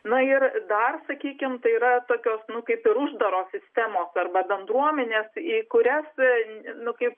na ir dar sakykim tai yra tokios nu kaip ir uždaros sistemos arba bendruomenės į kurias nu kaip